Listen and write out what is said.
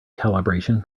calibration